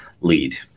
lead